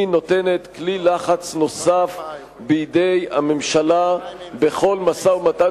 היא נותנת כלי לחץ נוסף בידי הממשלה בכל משא-ומתן